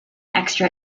extra